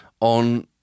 on